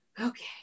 Okay